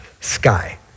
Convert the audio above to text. Sky